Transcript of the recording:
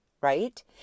right